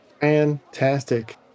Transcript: Fantastic